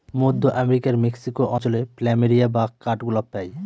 মধ্য আমেরিকার মেক্সিকো অঞ্চলে প্ল্যামেরিয়া বা কাঠগোলাপ পাই